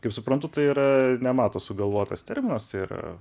kaip suprantu tai yra ne mato sugalvotas terminas tai yra